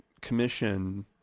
Commission